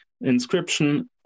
inscription